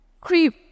Creep